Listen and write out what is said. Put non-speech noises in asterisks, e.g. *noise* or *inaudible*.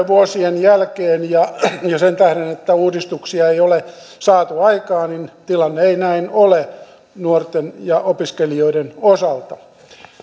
*unintelligible* vuosien jälkeen ja sen tähden että uudistuksia ei ole saatu aikaan tilanne ei näin ole nuorten ja opiskelijoiden osalta